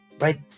right